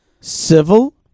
Civil